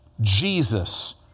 Jesus